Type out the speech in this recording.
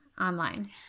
online